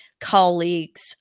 colleagues